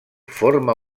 forma